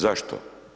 Zašto?